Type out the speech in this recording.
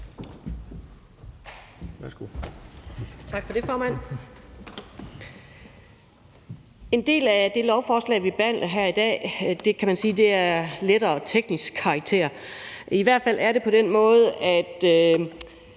Tak for det, formand. En del af det lovforslag, vi behandler her i dag, kan man sige er af lettere teknisk karakter. I hvert fald er det på den måde, at